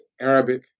Arabic